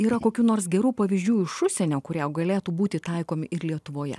yra kokių nors gerų pavyzdžių iš užsienio kurie jau galėtų būti taikomi ir lietuvoje